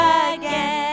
again